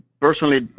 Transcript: personally